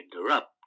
interrupt